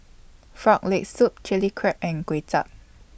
Frog Leg Soup Chilli Crab and Kway Chap